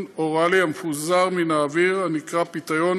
אוראלי המפוזר מן האוויר הנקרא פיתיון,